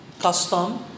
custom